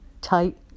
tight